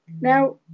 Now